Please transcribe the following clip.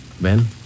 Ben